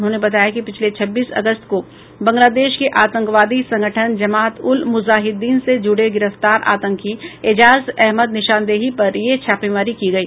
उन्होंने बताया कि पिछले छब्बीस अगस्त को बांग्लादेश के आतंकवादी संगठन जमात उल मुजाहिदीन से जुड़े गिरफ्तार आतंकी एजाज अहमद निशानदेही पर यह छापेमारी की गई